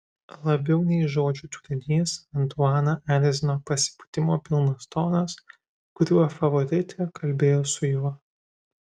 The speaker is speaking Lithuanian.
labiau nei žodžių turinys antuaną erzino pasipūtimo pilnas tonas kuriuo favoritė kalbėjo su juo